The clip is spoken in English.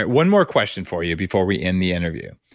one more question for you before we end the interview.